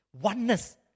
oneness